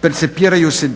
percipiraju se